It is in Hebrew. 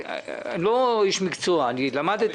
תנו לנו להציל חיים בלי אגו, שימו את האגו בצד.